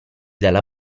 dalla